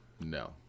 no